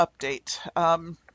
update